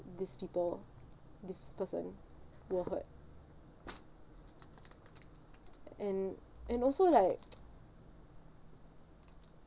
these people this person will hurt and and also like